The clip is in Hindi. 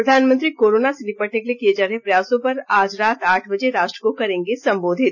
प्रधानमंत्री कोरोना से निपटने के लिए किये जा रहे प्रयासों पर आज रात आठ बजे राष्ट्र को करेंगे संबोधित